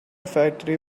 factory